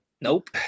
Nope